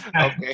Okay